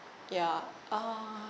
ya uh